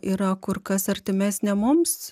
yra kur kas artimesnė mums